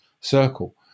circle